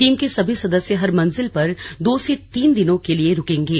team के सभी सदस्य हर मंजिल पर दो से तीन दिनों के लिए रुकेंगे